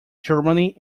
germany